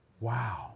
Wow